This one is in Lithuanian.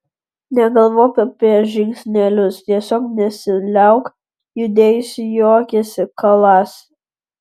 negalvok apie žingsnelius tiesiog nesiliauk judėjusi juokėsi kalasi